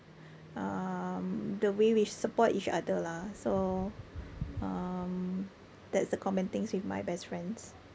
um the way we support each other lah so um that's the common things with my best friends